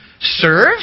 serve